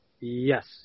Yes